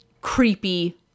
creepy